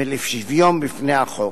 לשוויון בפני החוק,